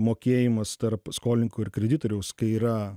mokėjimas tarp skolininko ir kreditoriaus kai yra